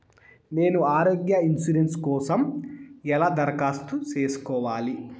నేను ఆరోగ్య ఇన్సూరెన్సు కోసం ఎలా దరఖాస్తు సేసుకోవాలి